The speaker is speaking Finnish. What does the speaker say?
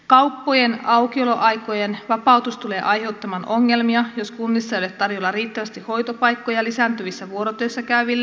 kauppojen aukioloaikojen vapautus tulee aiheuttamaan ongelmia jos kunnissa ei ole tarjolla riittävästi hoitopaikkoja lisääntyvissä vuorotöissä käyville